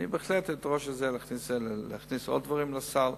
אני בהחלט אדרוש להכניס עוד דברים לסל,